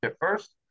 first